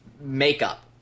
makeup